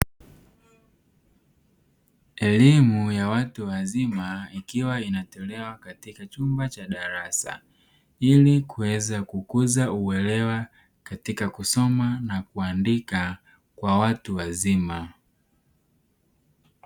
Elimu ya watu wazima ikiwa inatolewa katika chumba cha darasa ili kuweza kukuza uelewa katika kusoma na kuandika kwa watu wazima.